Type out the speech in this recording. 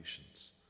patience